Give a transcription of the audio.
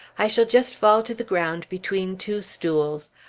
i shall just fall to the ground between two stools.